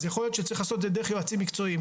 אז יכול להיות שצריך לעשות את זה דרך יועצים מקצועיים.